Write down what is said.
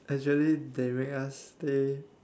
actually they make us stay